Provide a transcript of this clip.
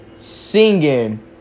Singing